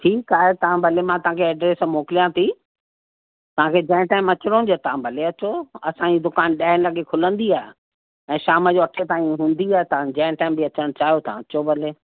ठीकु आहे तव्हां भले मां तव्हांखे एड्रेस मोकलियां थी तव्हांखे जंहिं टाइम अचिणो हुजे तव्हां भले अचो असांजी दुकान ॾह लॻे खुलंदी आहे ऐं शाम जो अठे ताईं हूंदी आहे तव्हां जंहिं टाइम बि अचनि चाहियो तव्हां अचो भले